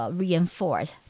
reinforce